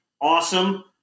awesome